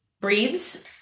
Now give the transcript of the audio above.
breathes